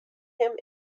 him